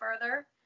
further